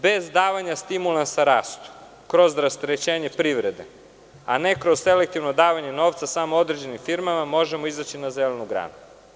Bez davanja stimulansa rastu kroz rasterećenje privrede, a ne kroz selektivno davanje novca samo određenim firmama možemo izaći na zelenu granu.